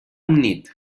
nit